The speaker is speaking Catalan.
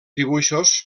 dibuixos